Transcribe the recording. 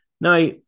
Now